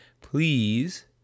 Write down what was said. Please